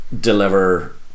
deliver